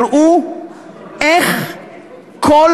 הראו איך כל